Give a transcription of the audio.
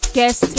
Guest